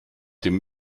dem